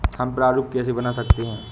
हम प्रारूप कैसे बना सकते हैं?